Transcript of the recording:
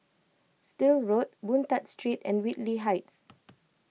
Still Road Boon Tat Street and Whitley Heights